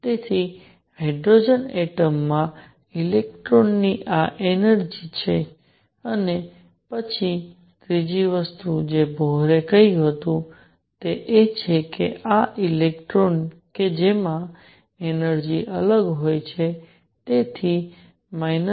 તેથી hydrogen atom માં ઇલેક્ટ્રોનની આ એનર્જિ છે અને પછી ત્રીજી વસ્તુ જે બોહરે કહ્યું તે એ છે કે આ ઇલેક્ટ્રોન કે જેમાં એનર્જિ અલગ હોય છે તેથી 13